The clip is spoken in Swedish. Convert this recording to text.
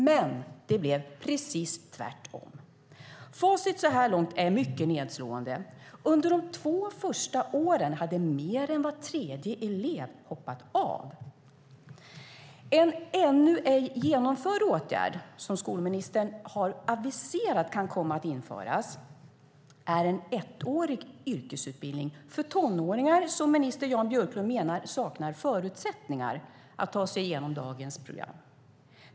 Men det blev precis tvärtom. Facit så här långt är mycket nedslående. Under de två första åren hade mer än var tredje elev hoppat av. En ännu ej genomförd åtgärd, som skolministern har aviserat kan komma att införas, är en ettårig yrkesutbildning för tonåringar som minister Jan Björklund menar "saknar förutsättningar" att ta sig igenom dagens program.